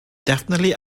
definitely